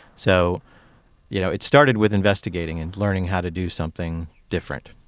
so you know it started with investigating and learning how to do something different